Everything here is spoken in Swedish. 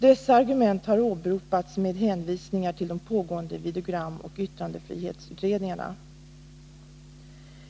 Dessa argument har åberopats med hänvisningar till de pågående videogramoch yttrandefrihetsutredningarna.